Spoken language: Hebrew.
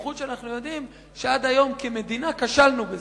בייחוד כשאנחנו יודעים שעד היום כמדינה כשלנו בזה.